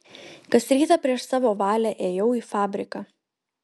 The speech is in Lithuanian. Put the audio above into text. kas rytą prieš savo valią ėjau į fabriką